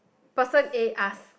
person A ask